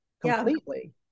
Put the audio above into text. completely